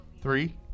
Three